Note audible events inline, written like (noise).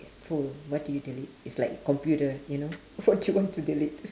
it's full what do you delete it's like computer you know (laughs) what you want to delete